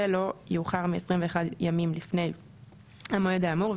לא יאוחר מ-21 ימים לפני המועד האמור,